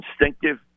instinctive